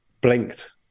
blinked